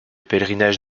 pèlerinage